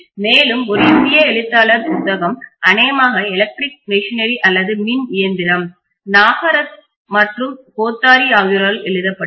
மேலும் ஒரு இந்திய எழுத்தாளர் புத்தகம் அநேகமாக எலக்ட்ரிக் மெஷினரி அல்லது மின் இயந்திரம் நாகரத் மற்றும் கோத்தாரி ஆகியோரால் எழுதப்பட்டது